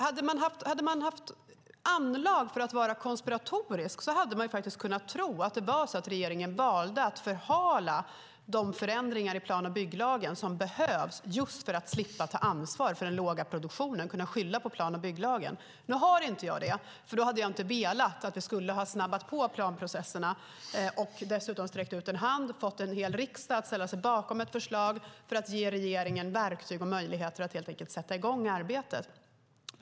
Hade man haft anlag för att vara konspiratorisk hade man faktiskt kunnat tro att regeringen valde att förhala de förändringar i plan och bygglagen som behövs just för att slippa ta ansvar för den låga produktionen och alltså kunna skylla den på plan och bygglagen. Nu har jag inte sådant anlag, för då hade jag inte velat att man skulle snabba på planprocesserna. Vi har sträckt ut en hand och fått en hel riksdag att ställa sig bakom ett förslag för att ge regeringen verktyg och möjligheter att sätta i gång arbetet.